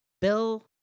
Bill